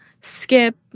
skip